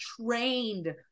trained